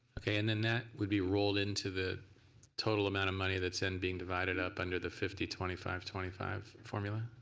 okay. and and that would be rolled into the total amount of money that's and divided up under the fifty twenty five twenty five formula?